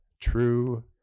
true